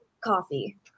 coffee